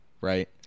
right